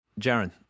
Jaron